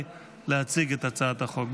התשפ"ד 2024,